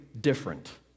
different